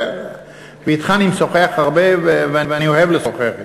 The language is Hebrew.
ואתך אני משוחח הרבה ואוהב לשוחח אתך,